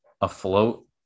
afloat